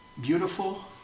Beautiful